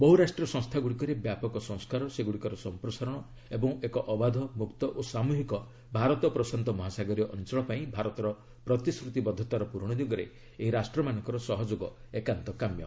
ବହୁରାଷ୍ଟ୍ରୀୟ ସଂସ୍ଥାଗୁଡ଼ିକରେ ବ୍ୟାପକ ସଂସ୍କାର ସେଗୁଡ଼ିକର ସଂପ୍ରସାରଣ ଏବଂ ଏକ ଅବାଧ ମୁକ୍ତ ଓ ସାମୂହିକ ଭାରତ ପ୍ରଶାନ୍ତ ମହାସାଗରୀୟ ଅଞ୍ଚଳ ପାଇଁ ଭାରତର ପ୍ରତିଶ୍ରତିବଦ୍ଧତାର ପୂରଣ ଦିଗରେ ଏହି ରାଷ୍ଟ୍ରମାନଙ୍କର ସହଯୋଗ ଏକାନ୍ତ କାମ୍ୟ